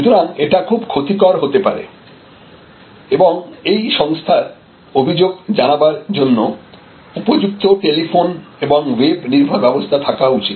সুতরাং এটা খুব ক্ষতিকর হতে পারে এবং সংস্থার অভিযোগ জানাবার জন্য উপযুক্ত টেলিফোন এবং ওয়েব নির্ভর ব্যবস্থা থাকা উচিৎ